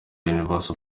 universal